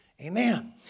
Amen